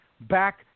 back